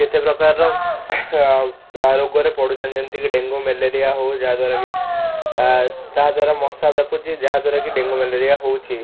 କେତେ ପ୍ରକାରର ରୋଗରେ ପଡ଼ୁଛନ୍ତି ଯେମିତି କି ଡେଙ୍ଗୁ ମ୍ୟାଲେରିଆ ହଉ ଯାହାଦ୍ୱାରା କି ତାହା ଦ୍ୱାରା ମଶା ବ୍ୟାପୁଛି ଯାହାଦ୍ୱାରା କି ଡେଙ୍ଗୁ ମ୍ୟାଲେରିଆ ହେଉଛି